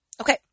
Okay